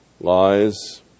lies